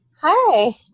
Hi